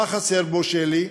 מה חסר בו, שלי?